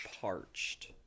parched